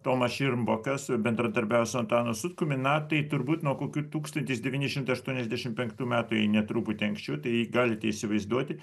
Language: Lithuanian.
tomas širmbokas bendradarbiavo su antanu sutkumi na tai turbūt nuo kokių tūkstantis devyni šimtai aštuoniasdešim penktų metų jei ne truputį anksčiau tai galite įsivaizduoti